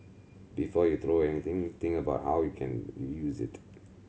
before you throw anything think about how you can reuse it